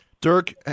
Dirk